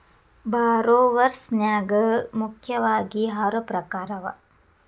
ಭಾರೊವರ್ಸ್ ನ್ಯಾಗ ಮುಖ್ಯಾವಗಿ ಆರು ಪ್ರಕಾರವ